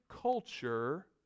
culture